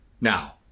now